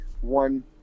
one